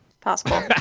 possible